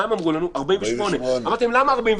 הם אמרו לנו 48. שאלתי: למה 48?